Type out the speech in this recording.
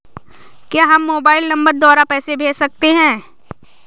क्या हम mobile number द्वारा पैसे भेज सकते हैं?